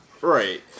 right